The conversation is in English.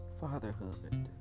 fatherhood